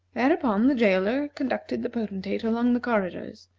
thereupon the jailer conducted the potentate along the corridors,